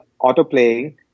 auto-playing